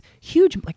huge